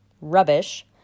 rubbish